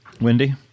Wendy